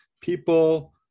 People